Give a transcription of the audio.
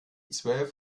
zwölf